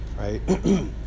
right